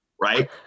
right